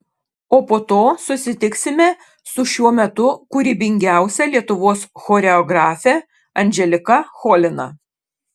o po to susitiksime su šiuo metu kūrybingiausia lietuvos choreografe andželika cholina